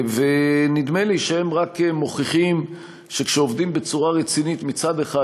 נדמה לי שהם רק מוכיחים שכשעובדים בצורה רצינית מצד אחד,